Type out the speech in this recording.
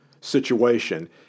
situation